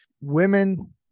Women